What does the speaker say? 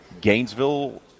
Gainesville